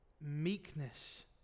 meekness